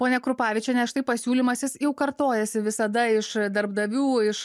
ponia krupavičiene štai pasiūlymas jis jau kartojasi visada iš darbdavių iš